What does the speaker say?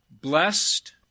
Blessed